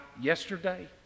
yesterday